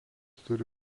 turi